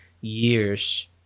years